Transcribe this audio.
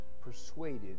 persuaded